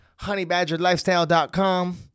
honeybadgerlifestyle.com